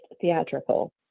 Theatrical